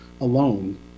alone